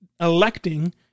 electing